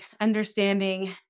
understanding